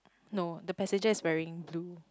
no the passenger is wearing blue